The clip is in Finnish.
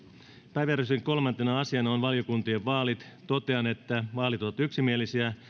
päiväjärjestyksen kolmantena asiana on valiokuntien vaalit totean että vaalit ovat yksimielisiä